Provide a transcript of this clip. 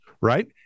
right